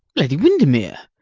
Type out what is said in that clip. lady windermere!